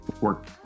work